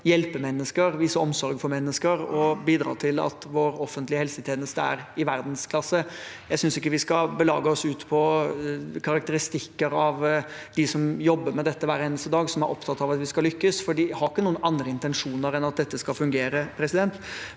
hjelpe mennesker, vise omsorg for mennesker og bidra til at vår offentlige helsetjeneste er i verdensklasse. Jeg synes ikke vi skal begi oss ut på karakteristikker av dem som jobber med dette hver eneste dag, som er opptatt av at vi skal lykkes, for de har ikke noen andre intensjoner enn at dette skal fungere. Men